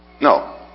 No